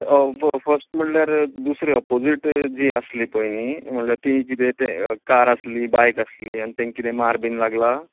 हय फस्ट म्हणल्यार दुसरें ऑपोजीट जी आसली पळय न्ही म्हणल्यार ती किदें तें कार आसली बायक आसली आनी तेंका किदें मार बीन लागला